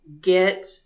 get